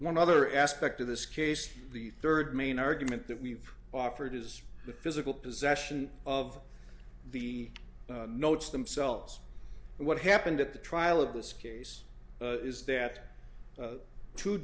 one other aspect of this case the third main argument that we've offered is the physical possession of the notes themselves and what happened at the trial of this case is that t